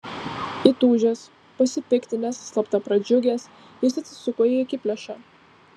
įtūžęs pasipiktinęs slapta pradžiugęs jis atsisuko į akiplėšą